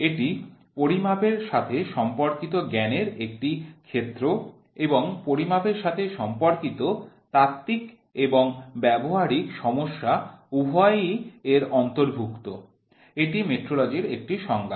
এটি পরিমাপের সাথে সম্পর্কিত জ্ঞানের একটি ক্ষেত্র এবং পরিমাপের সাথে সম্পর্কিত তাত্ত্বিক এবং ব্যবহারিক সমস্যা উভয়ই এর অন্তর্ভুক্ত এটি মেট্রোলজির একটি সংজ্ঞা